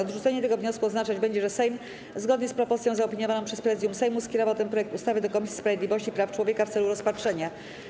Odrzucenie tego wniosku oznaczać będzie, że Sejm, zgodnie z propozycją zaopiniowaną przez Prezydium Sejmu, skierował ten projekt ustawy do Komisji Sprawiedliwości i Praw Człowieka w celu rozpatrzenia.